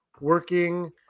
working